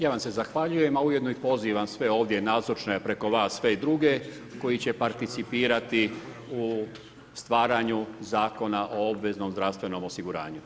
Ja vam se zahvaljujem, a ujedno i pozivam sve ovdje nazočne preko vas sve druge koji će participirati u stvaranju Zakona o obveznom zdravstvenom osiguranju.